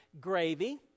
gravy